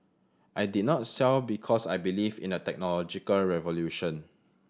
I did not sell because I believe in the technological revolution